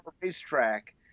Racetrack